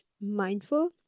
mindful